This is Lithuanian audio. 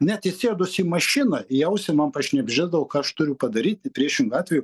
net įsėdus į mašiną į ausį man pašnibždėdavo ką aš turiu padaryti priešingu atveju